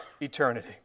eternity